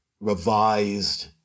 revised